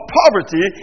poverty